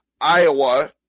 Iowa